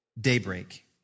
Daybreak